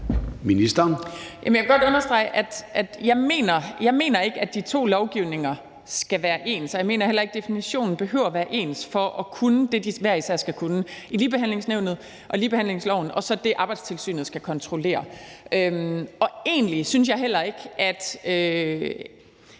Jeg vil godt understrege, at jeg ikke mener, at de to lovgivninger skal være ens. Jeg mener heller ikke, at definitionen behøver at være ens for at kunne det, de hver især skal kunne i Ligebehandlingsnævnet og ligebehandlingsloven, og så det Arbejdstilsynet, skal kontrollere. Egentlig synes jeg heller ikke, at